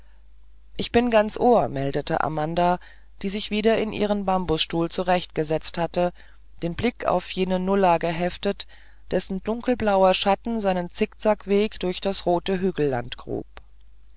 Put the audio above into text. ich bin ganz ohr meldete amanda die sich wieder in ihren bambusstuhl zurechtgesetzt hatte den blick auf jenen nullah geheftet dessen dunkelblauer schatten seinen zickzackweg durch das rote